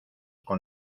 con